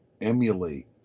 emulate